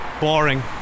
Boring